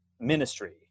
ministry